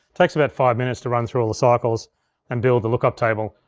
takes about five minutes to run through all the cycles and build the lookup table.